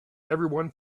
everyone